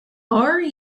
are